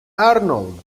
arnold